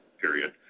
period